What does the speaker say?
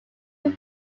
will